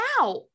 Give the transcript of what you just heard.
out